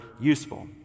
useful